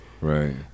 Right